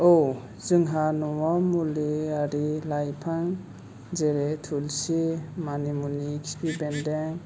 औ जोंहा न'आव मुलि आरि लाइफां जेरै थुलसि मानि मुनि खिफि बेनदों